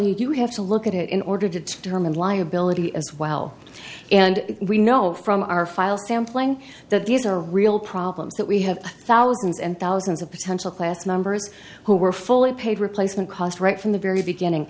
you you have to look at it in order to determine liability as well and we know from our file sampling that these are real problems that we have thousands and thousands of potential class numbers who were fully paid replacement cost right from the very beginning